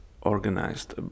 organized